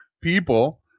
people